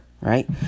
right